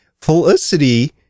Felicity